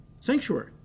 sanctuary